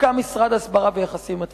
הוקם משרד הסברה ויחסים עם התפוצות.